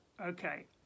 okay